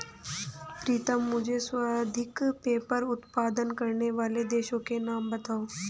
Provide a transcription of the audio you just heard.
प्रीतम मुझे सर्वाधिक पेपर उत्पादन करने वाले देशों का नाम बताओ?